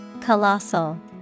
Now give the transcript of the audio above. Colossal